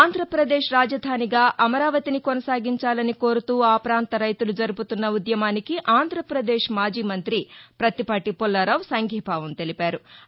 ఆంధ్రప్రదేశ్ రాజధానిగా అమరావతిని కొనసాగించాలని కోరుతూ ఆ ప్రాంత రైతులు జరుపుతున్న ఉద్యమానికి అంధ్రప్రదేశ్ మాజీ మంత్రి ప్రత్తిపాటి పుల్లారావు సంఘీబావం తెలిపారు